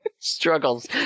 Struggles